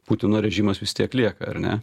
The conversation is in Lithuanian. putino režimas vis tiek lieka ar ne